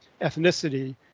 ethnicity